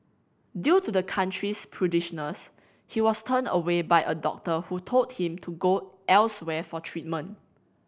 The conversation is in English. due to the country's prudishness he was turned away by a doctor who told him to go elsewhere for treatment